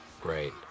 great